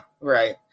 right